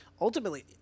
ultimately